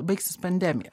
baigsis pandemija